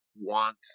want